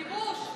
כיבוש.